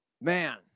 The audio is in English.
Man